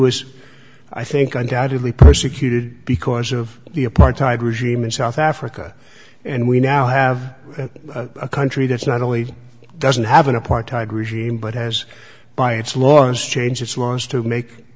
is i think undoubtedly persecuted because of the apartheid regime in south africa and we now have a country that's not only doesn't have an apartheid regime but has by its laws change its laws to make